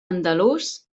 andalús